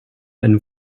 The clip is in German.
ein